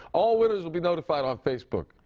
all winners will be notified on facebook,